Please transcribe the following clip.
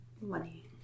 money